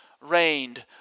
reigned